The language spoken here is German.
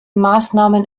maßnahmen